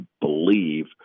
believe